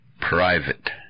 Private